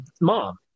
mom